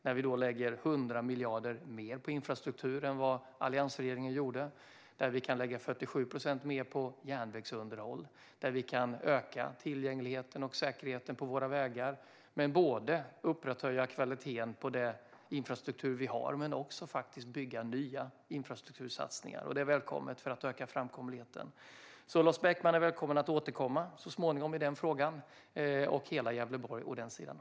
Där lägger vi 100 miljarder mer på infrastrukturen än vad alliansregeringen gjorde så att vi kan lägga 47 procent mer på järnvägsunderhåll och öka tillgängligheten och säkerheten på vägarna. Vi kan både upprätthålla kvaliteten på den infrastruktur vi har och faktiskt också göra nya infrastruktursatsningar, vilket är välkommet för att öka framkomligheten. Lars Beckman, liksom hela Gävleborg, är välkommen att återkomma i frågan så småningom.